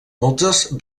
moltes